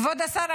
כבוד השר,